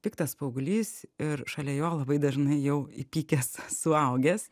piktas paauglys ir šalia jo labai dažnai jau įpykęs suaugęs